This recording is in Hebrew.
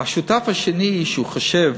השותף השני, שחושב